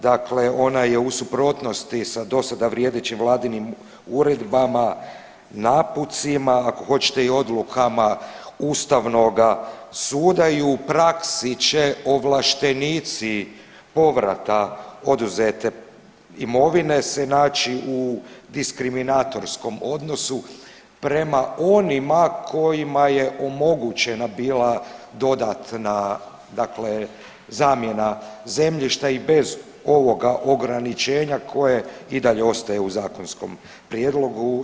Dakle, ona je u suprotnosti sa do sada vrijedećim vladinim uredbama, naputcima ako hoćete i odlukama ustavnoga suda i u praksi će ovlaštenici povrata oduzete imovine se naći u diskriminatorskom odnosu prema onima kojima je omogućena bila dodatna zamjena zemljišta i bez ovoga ograničenja koje i dalje ostaje u zakonskom prijedlogu.